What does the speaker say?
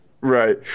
Right